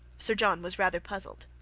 sir john was rather puzzled.